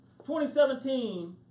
2017